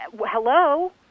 hello